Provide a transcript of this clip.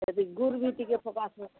ସେଥିରେ ଗୁଡ଼୍ ବି ଟିକେ ପକାସୁଁ